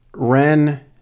Ren